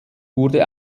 wurde